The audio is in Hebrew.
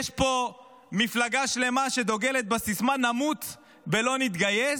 יש פה מפלגה שלמה שדוגלת בסיסמה נמות ולא נתגייס,